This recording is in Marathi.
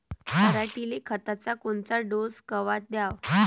पऱ्हाटीले खताचा कोनचा डोस कवा द्याव?